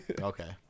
Okay